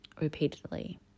repeatedly